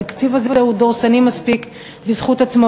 התקציב הזה הוא דורסני מספיק בזכות עצמו,